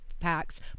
Packs